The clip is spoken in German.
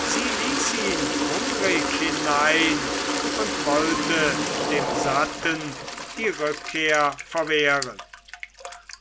sie ließ ihn hungrig hinein und wollte dem satten die rückkehr verwehren